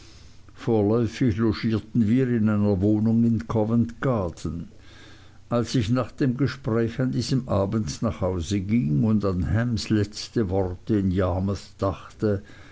wir in einer wohnung in covent garden als ich nach dem gespräch an diesem abend nach hause ging und an hams letzte worte in yarmouth dachte